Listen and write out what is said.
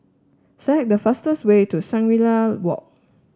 select the fastest way to Shangri La Walk